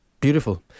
Beautiful